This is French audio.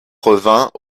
revint